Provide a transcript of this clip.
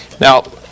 now